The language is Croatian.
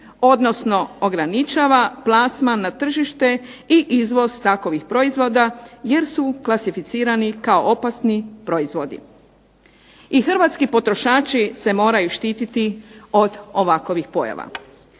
odnosno ograničava plasman na tržište i izvoz takovih proizvoda jer su klasificirani kao opasni proizvodi. I hrvatski potrošači se moraju štititi od ovakovih pojava.